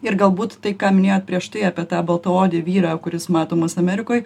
ir galbūt tai ką minėjot prieš tai apie tą baltaodį vyrą kuris matomas amerikoj